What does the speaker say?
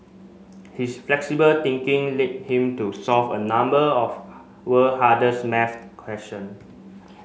his flexible thinking led him to solve a number of world hardest maths question